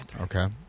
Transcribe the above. Okay